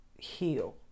heal